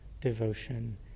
devotion